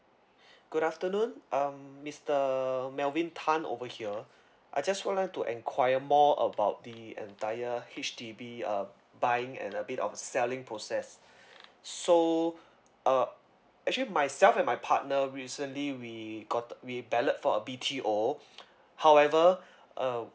good afternoon um mister melvin tan over here I just wanted to enquire more about the entire H_D_B uh buying and a bit of selling process so uh actually myself and my partner recently we got we ballot for a B_T_O however uh